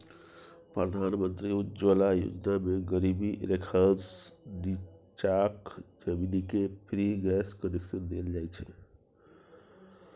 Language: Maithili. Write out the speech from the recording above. प्रधानमंत्री उज्जवला योजना मे गरीबी रेखासँ नीच्चाक जनानीकेँ फ्री गैस कनेक्शन देल जाइ छै